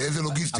איזה לוגיסטיקה.